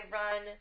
run